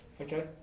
Okay